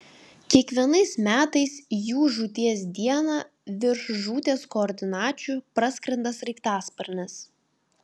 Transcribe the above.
kiekvienais metais jų žūties dieną virš žūties koordinačių praskrenda sraigtasparnis